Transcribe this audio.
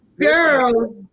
girl